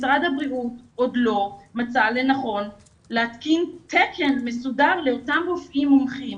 משרד הבריאות עוד לא מצא לנכון להתקין תקן מסודר לאותם רופאים מומחים